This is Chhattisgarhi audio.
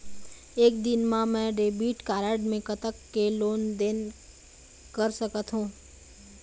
एक दिन मा मैं डेबिट कारड मे कतक के लेन देन कर सकत हो?